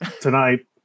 Tonight